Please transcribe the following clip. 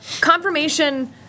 Confirmation